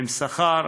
הן עם שכר,